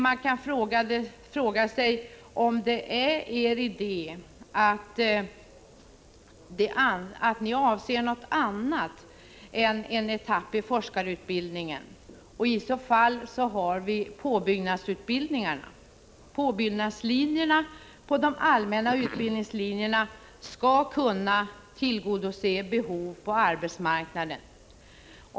Man kan fråga sig om detta är er idé och om ni avser något annat än en etapp i forskarutbildningen. I så fall finns ju påbyggnadsutbildningarna. Påbyggnadslinjerna på de allmänna utbildningslinjerna skall kunna tillgodose behov på arbetsmarknaden.